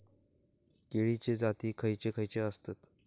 केळीचे जाती खयचे खयचे आसत?